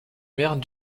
mers